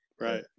right